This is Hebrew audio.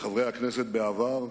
חברי הכנסת בעבר,